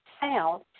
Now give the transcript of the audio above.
sound